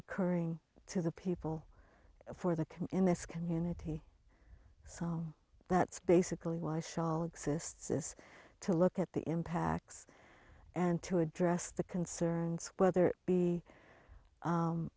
occurring to the people for the can in this community that's basically why scholl exists is to look at the impacts and to address the concerns whether it be